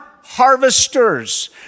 harvesters